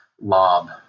lob